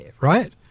right